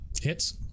Hits